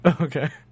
Okay